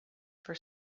for